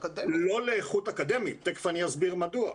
לא לאיכות אקדמית, תיכף אני אסביר מדוע.